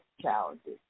challenges